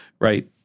Right